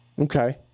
Okay